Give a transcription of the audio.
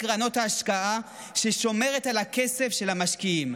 קרנות ההשקעה, ששומרת על הכסף של המשקיעים.